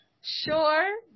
sure